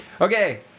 Okay